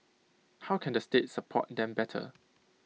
how can the state support them better